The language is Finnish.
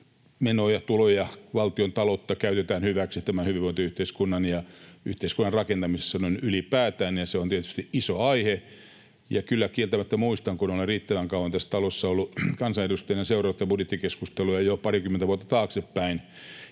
menoja, tuloja, valtion taloutta käytetään hyväksi tämän hyvinvointiyhteiskunnan ja yhteiskunnan rakentamisessa noin ylipäätään. Se on tietysti iso aihe, ja kyllä kieltämättä muistan, kun olen riittävän kauan tässä talossa ollut kansanedustajana ja seurannut tätä budjettikeskustelua jo parikymmentä vuotta taaksepäin,